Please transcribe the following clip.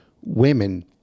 women